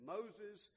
Moses